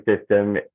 system